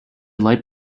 light